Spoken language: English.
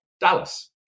Dallas